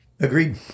Agreed